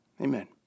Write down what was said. Amen